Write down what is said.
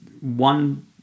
one